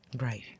Right